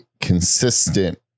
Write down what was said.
consistent